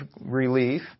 relief